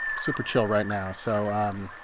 super chill right now. so um